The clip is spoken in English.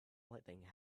lightning